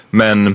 men